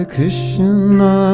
Krishna